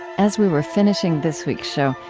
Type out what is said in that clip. as we were finishing this week's show,